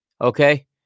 okay